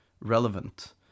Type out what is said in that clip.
relevant